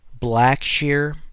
Blackshear